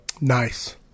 nice